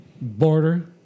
Border